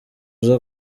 uza